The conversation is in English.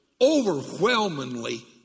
overwhelmingly